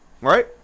Right